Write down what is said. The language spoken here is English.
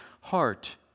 heart